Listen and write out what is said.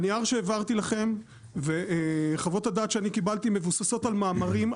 הנייר שהעברתי לכם וחוות הדעת שאני קיבלתי מבוססות על מאמרים,